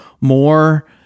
more